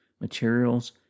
materials